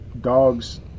dogs